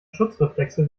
schutzreflexe